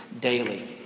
daily